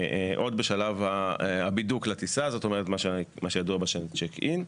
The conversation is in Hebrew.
עוד בשלב הבידוק לטיסה, מה שידוע בשם צ'ק אין.